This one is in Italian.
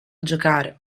giocare